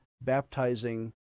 baptizing